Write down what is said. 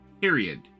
period